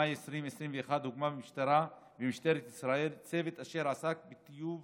במאי 2021 הוקם במשטרת ישראל צוות אשר עסק בטיוב